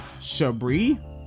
Shabri